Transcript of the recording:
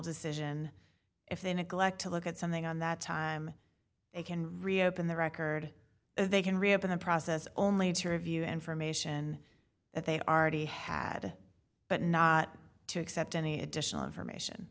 decision if they neglect to look at something on that time they can reopen the record and they can reopen the process only interview information that they already had but not to accept any additional information